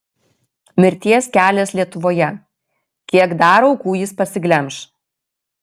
mirties kelias lietuvoje kiek dar aukų jis pasiglemš